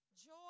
joy